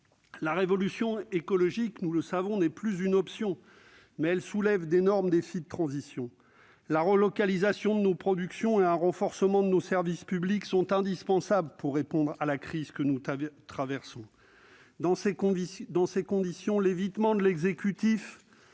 La révolution écologique, nous le savons, n'est plus une option. Cependant, elle soulève d'énormes défis de transition. La relocalisation de nos productions et un renforcement de nos services publics sont indispensables pour répondre à la crise que nous traversons. Dans ces conditions, l'évitement de l'exécutif